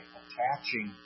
attaching